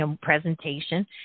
presentation